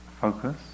focus